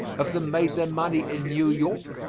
of them made their money in new york,